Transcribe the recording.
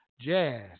jazz